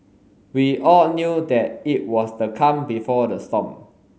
we all knew that it was the calm before the storm